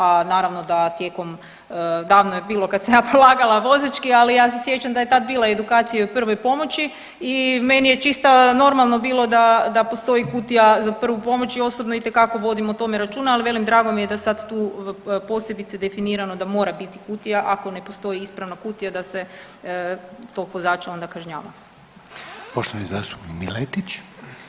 A naravno da tijekom, davno je bilo kad sam ja polagala vozački, ali ja se sjećam da je tad bila edukacija i o prvoj pomoći i meni je čista normalno bilo da postoji kutija za prvu pomoć i osobno itekako vodim o tome računa, ali velim drago mi je da sad tu posebice definirano da mora biti kutija, ako ne postoji ispravna kutija da se tog vozača onda kažnjava.